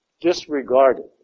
disregarded